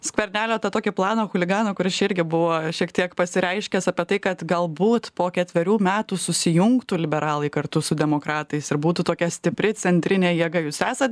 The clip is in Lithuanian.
skvernelio tą tokį planą chuliganą kuris čia irgi buvo šiek tiek pasireiškęs apie tai kad galbūt po ketverių metų susijungtų liberalai kartu su demokratais ir būtų tokia stipri centrinė jėga jūs esat